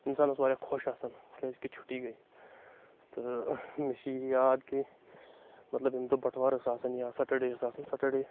اِنسان اوس واریاہ خۄش آسان کیازِ کہِ چھُٹی گٔے تہٕ مےٚ چھِ یہِ یاد کہِ مطلب ییٚمہِ دۄہ بَٹوار ٲس آسان یا سؠٹڈے ٲس آسان سٹڈے